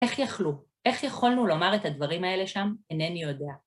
איך יכלו? איך יכולנו לומר את הדברים האלה שם? אינני יודע.